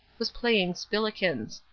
was playing spillikins.